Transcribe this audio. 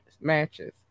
matches